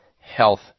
health